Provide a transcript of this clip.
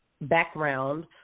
background